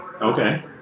Okay